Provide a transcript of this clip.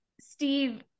Steve